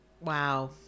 Wow